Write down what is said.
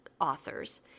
authors